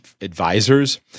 advisors